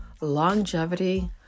longevity